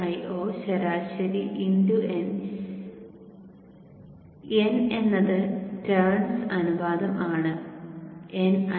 Io ശരാശരി n n എന്നത് turns അനുപാതം ആണ് nIo